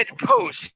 post